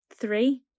Three